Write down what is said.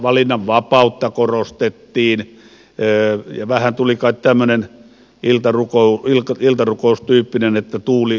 metsänomistajan valinnanvapautta korostettiin ja vähän tuli kai tämmöinen iltarukoustyyppinen tuuli siemenen tuokoon ajattelu